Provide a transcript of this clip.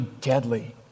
deadly